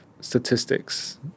statistics